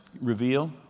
reveal